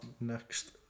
next